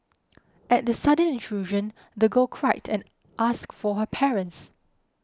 at the sudden intrusion the girl cried and asked for her parents